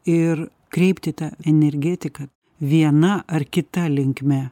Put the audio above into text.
ir kreipti tą energetiką viena ar kita linkme